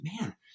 man